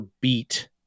beat